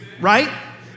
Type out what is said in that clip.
right